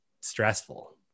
stressful